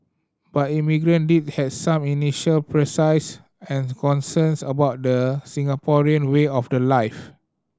but immigrant did has some initial surprises and concerns about the Singaporean way of the life